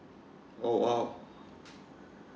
oh